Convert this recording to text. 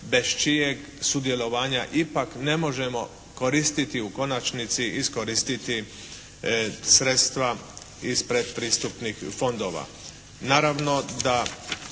bez čijeg sudjelovanja ipak ne možemo koristiti u konačnici i iskoristiti sredstva iz predpristupnih fondova.